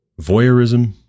voyeurism